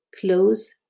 Close